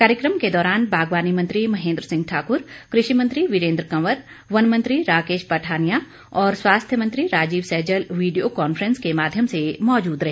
कार्यक्रम के दौरान बागवानी मंत्री महेन्द्र सिंह ठाकुर कृषि मंत्री वीरेन्द्र कंवर वन मंत्री राकेश पठानिया और स्वास्थ्य मंत्री राजीव सैजल वीडियो कॉन्फ्रेंस के माध्यम से मौजूद रहे